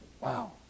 Wow